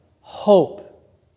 hope